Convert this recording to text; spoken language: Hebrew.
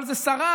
אבל זה שרד.